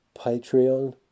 Patreon